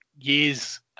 Years